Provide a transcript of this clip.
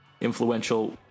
influential